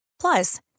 Plus